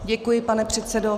Děkuji, pane předsedo.